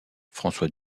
françois